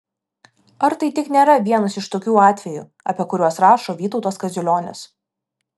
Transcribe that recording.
ar tai tik nėra vienas iš tokių atvejų apie kuriuos rašo vytautas kaziulionis